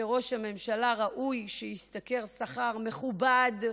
שראש הממשלה, ראוי שישתכר שכר מכובד,